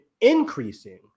increasing